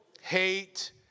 hate